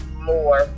more